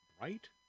right